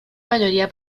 mayoría